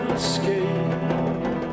escape